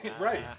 Right